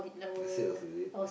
your sales is it